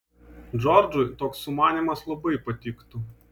džordžui toks sumanymas labai patiktų